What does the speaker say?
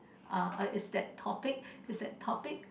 uh is that topic is that topic